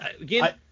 Again